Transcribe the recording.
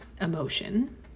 emotion